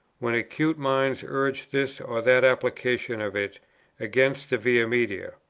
when acute minds urged this or that application of it against the via media?